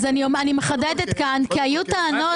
אז אני מחדדת כאן, כי היו טענות.